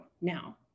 now